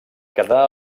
quedà